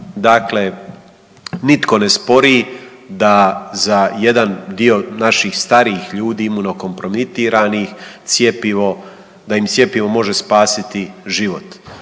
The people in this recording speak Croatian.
Dakle, nitko ne spori da za jedan dio naših starijih ljudi imuno kompromitiranih cjepivo, da im cjepivo može spasiti život.